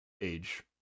age